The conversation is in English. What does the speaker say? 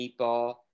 Meatball –